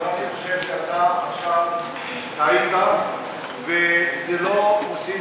אבל אני חושב שעכשיו אתה טעית וזה לא מוסיף